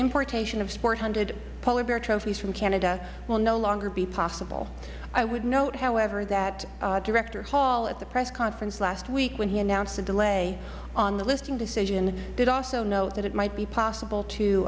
importation of sport hunted polar bear trophies from canada will no longer be possible i would note however that director hall at the press conference last week when he announced a delay on the listing decision did also note that it might be possible to